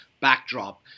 backdrop